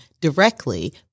directly